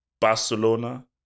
Barcelona